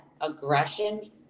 aggression